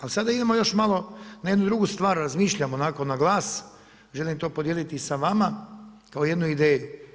Al sada idemo još malo na jednu drugu stvar, razmišljam onako na glas, želim to podijeliti i sa vama kao jednu ideju.